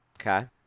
Okay